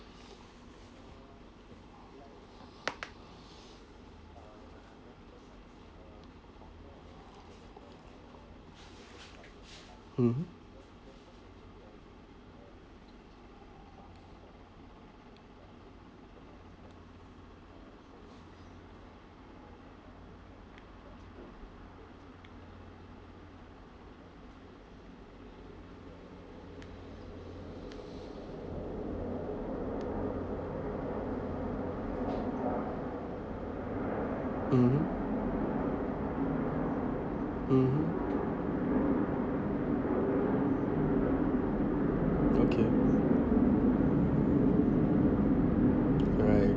mmhmm mmhmm mmhmm okay right